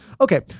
Okay